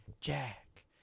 Jack